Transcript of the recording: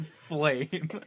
flame